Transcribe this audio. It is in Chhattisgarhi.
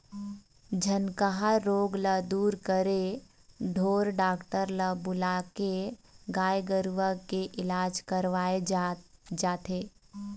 झनकहा रोग ल दूर करे ढोर डॉक्टर ल बुलाके गाय गरुवा के इलाज करवाय जाथे